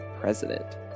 president